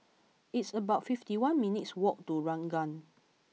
it's about fifty one minutes' walk to Ranggung